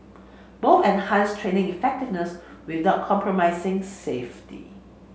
both enhanced training effectiveness without compromising safety